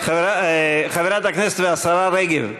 חברת הכנסת והשרה רגב,